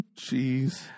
Jeez